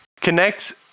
connect